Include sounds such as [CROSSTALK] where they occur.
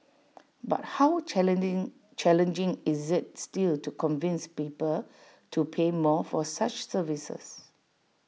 but how [UNINTELLIGIBLE] challenging is IT still to convince people to pay more for such services